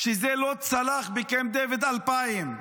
זה לא צלח בקמפ דייוויד 2000,